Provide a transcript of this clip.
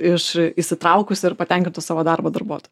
iš įsitraukusių ir patenkintų savo darbu darbuotojų